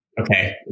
okay